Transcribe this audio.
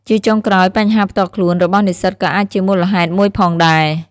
ជាចុងក្រោយ បញ្ហាផ្ទាល់ខ្លួន របស់និស្សិតក៏អាចជាមូលហេតុមួយផងដែរ។